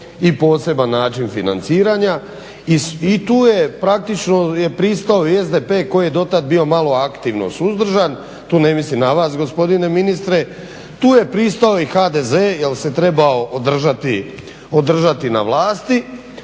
i poseban način financiranja i tu je praktično je pristao i SDP koji je dotad bio malo aktivno suzdržan, tu ne mislim na vas gospodine ministre, tu je pristao i HDZ jer se trebao održati na vlasti.